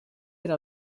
era